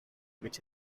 which